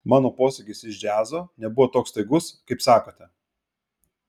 mano posūkis iš džiazo nebuvo toks staigus kaip sakote